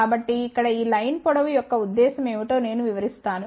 కాబట్టి ఇక్కడ ఈ లైన్ పొడవు యొక్క ఉద్దేశ్యం ఏమిటో నేను వివరిస్తాను